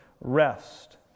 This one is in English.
rest